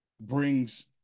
brings